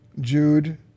Jude